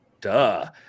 Duh